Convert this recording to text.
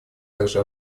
также